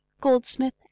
goldsmith